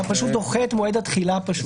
אתה פשוט דוחה את מועד התחילה.